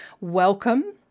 welcome